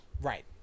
Right